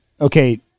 okay